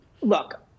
look